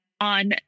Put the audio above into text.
on